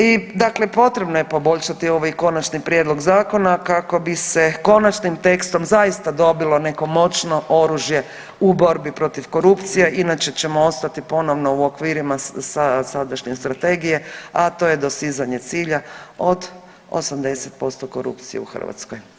I dakle, potrebno je poboljšati ovaj konačni prijedlog zakona kako bi se konačnim tekstom zaista dobilo neko moćno oružje u borbi protiv korupcije, inače ćemo ostati ponovno u okvirima sadašnje strategije, a to je dosizanje cilja od 80% korupcije u Hrvatskoj.